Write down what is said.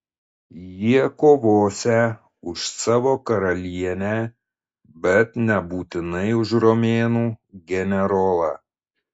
jie kovosią už savo karalienę bet nebūtinai už romėnų generolą